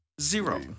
Zero